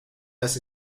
las